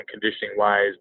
conditioning-wise